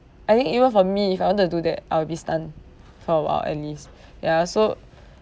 I think even for me if I wanted to do that I'll be stunned for a while at least ya so